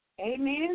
Amen